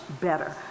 better